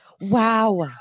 Wow